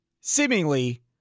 seemingly